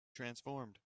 transformed